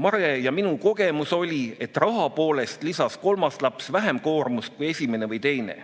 "Mare ja minu kogemus oli, et raha poolest lisas kolmas vähem koormust kui esimene või teine.